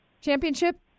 championship